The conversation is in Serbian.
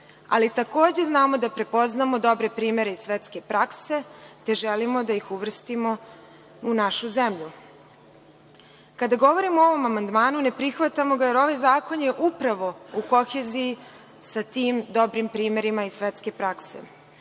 ali takođe znamo da prepoznamo dobre primere iz svetske prakse, te želimo da ih uvrstimo u našu zemlju. Kada govorimo o ovom amandmanu, ne prihvatamo ga jer ovaj zakon je upravo u koheziji sa tim dobrim primerima iz svetske prakse. Ono